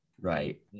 Right